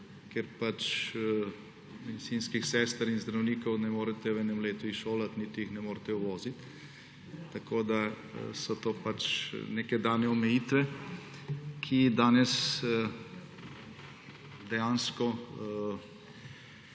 ker medicinskih sester in zdravnikov ne morete v enem letu izšolati, niti jih ne morete uvoziti. Tako so to pač neke dane omejitve, ki danes dejansko,